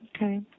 Okay